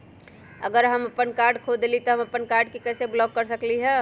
अगर हम अपन कार्ड खो देली ह त हम अपन कार्ड के कैसे ब्लॉक कर सकली ह?